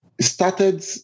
started